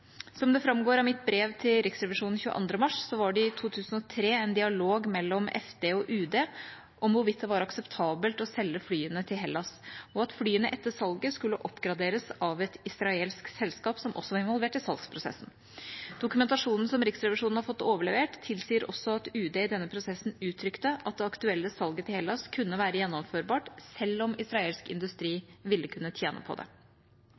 Som det framgår av mitt brev til Riksrevisjonen 22. mars, var det i 2003 en dialog mellom Forsvarsdepartementet og Utenriksdepartementet om hvorvidt det var akseptabelt å selge flyene til Hellas, og at flyene etter salget skulle oppgraderes av et israelsk selskap som også var involvert i salgsprosessen. Dokumentasjonen Riksrevisjonen har fått overlevert, tilsier også at Utenriksdepartementet i denne prosessen uttrykte at det aktuelle salget til Hellas kunne være gjennomførbart selv om israelsk industri ville kunne tjene på det.